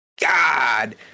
God